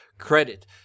Credit